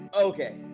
Okay